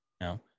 No